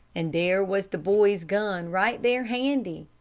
and there was the boy's gun right there handy.